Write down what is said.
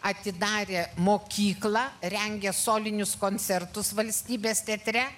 atidarė mokyklą rengė solinius koncertus valstybės teatre